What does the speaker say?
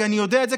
אני יודע את זה,